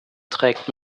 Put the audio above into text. trägt